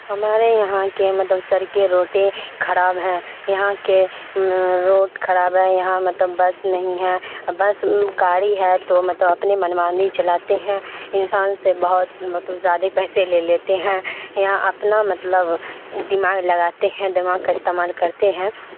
ہمارے یہاں کے مطلب سڑکیں روڈیں خراب ہیں یہاں کے روڈ خراب ہے یہاں مطلب بس نہیں ہے بس گاڑی ہے تو مطلب اپنے منمانی چلاتے ہیں انسان سے بہت مطلب زیادہ پیسے لے لیتے ہیں یہاں اپنا مطلب دماغ لگاتے ہیں دماغ کا استعمال کرتے ہیں